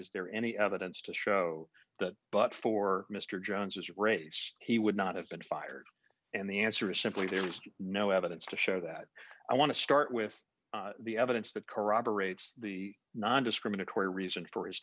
is there any evidence to show that but for mr jones this race he would not have been fired and the answer is simply there is no evidence to show that i want to start with the evidence that corroborates the nondiscriminatory reason for his